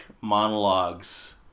monologues